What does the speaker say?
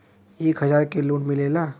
एक हजार के लोन मिलेला?